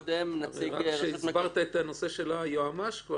אמרת כהסברת את נושא היועמ"ש,